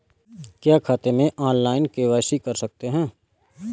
क्या खाते में ऑनलाइन के.वाई.सी कर सकते हैं?